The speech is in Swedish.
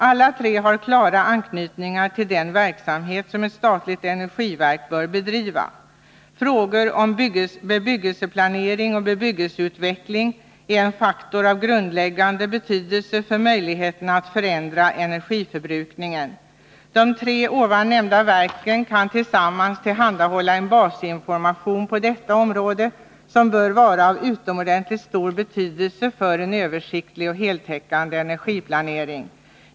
Alla tre har klara anknytningar till den verksamhet som ett statligt energiverk bör bedriva. Frågor om bebyggelseplanering och bebyggelseutveckling är en faktor av grundläggande betydelse för möjligheterna att förändra energiförbrukningen. De tre nämnda verken kan tillsammans tillhandahålla en basinformation på detta område som bör vara av utomordentligt stor betydelse för en översiktlig och heltäckande energiplanering.